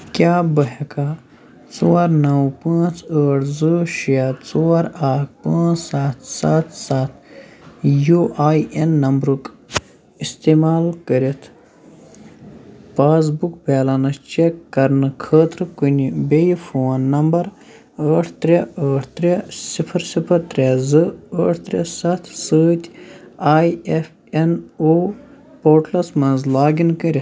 کیٛاہ بہٕ ہٮ۪کا ژور نَو پانٛژھ ٲٹھ زٕ شےٚ ژور اکھ پانٛژھ سَتھ سَتھ سَتھ یوٗ آی اٮ۪ن نمبرُک استعمال کٔرِتھ پاس بُک بیلَنٕس چٮ۪ک کرنہٕ خٲطرٕ کُنہِ بیٚیہِ فون نمبر ٲٹھ ترٛےٚ ٲٹھ ترٛےٚ صِفر صِفر ترٛےٚ زٕ ٲٹھ ترٛےٚ سَتھ سۭتۍ I F N O portals مَنٛز لاگ اِن کٔرتھ